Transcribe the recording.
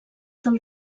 del